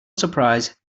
surprise